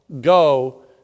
go